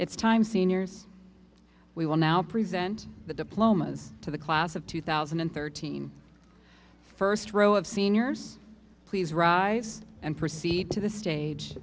it's time seniors we will now present the diplomas to the class of two thousand and thirteen first row of seniors please rise and proceed to the stage